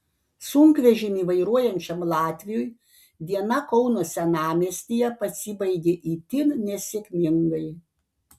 sunkvežimį vairuojančiam latviui diena kauno senamiestyje pasibaigė itin nesėkmingai